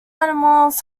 animals